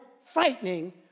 frightening